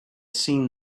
seen